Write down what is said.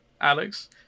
Alex